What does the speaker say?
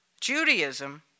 Judaism